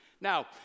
Now